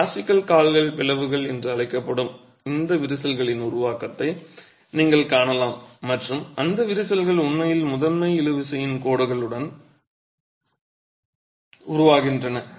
classical கால்கள் பிளவுகள் என்று அழைக்கப்படும் இந்த விரிசல்களின் உருவாக்கத்தை நீங்கள் காணலாம் மற்றும் அந்த விரிசல்கள் உண்மையில் முதன்மை இழுவிசையின் கோடுகளுடன் உருவாகின்றன